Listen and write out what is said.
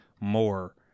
more